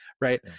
right